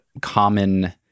common